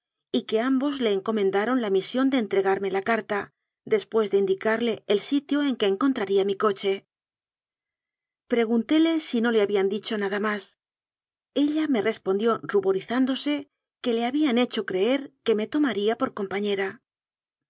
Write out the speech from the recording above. y que ambos le encomendaron la mi sión de entregarme la carta después de indicarle vel sitio en que encontraría mi coche preguntéle si no le habían dicho nada más ella me respondió ruib o rizándose que le habían hecho creer que me tomaría por